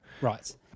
Right